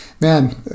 man